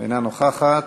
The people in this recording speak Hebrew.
אינה נוכחת.